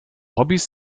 hobbys